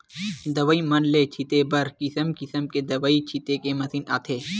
दवई मन ल छिते बर किसम किसम के दवई छिते के मसीन आथे